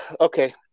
Okay